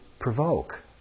provoke